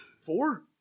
four